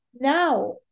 now